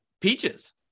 peaches